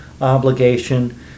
obligation